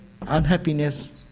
unhappiness